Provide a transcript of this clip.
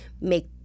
make